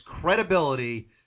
credibility